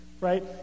Right